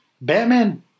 Batman